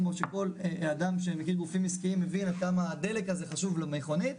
כמו שכל אדם שמכיר גופים עסקיים מבין עד כמה הדלק הזה חשוב למכונית,